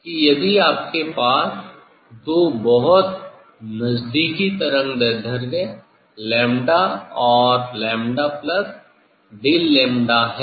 कि यदि आपके पास दो बहुत नज़दीकी तरंगदैर्ध्य '𝝺' और '𝝺Δ𝝺' है